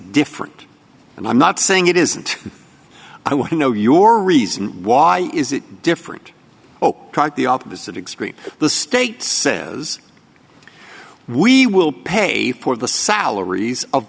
different and i'm not saying it isn't i want to know your reason why is it different ok tried the opposite extreme the state says we will pay for the salaries of